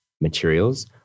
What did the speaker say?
materials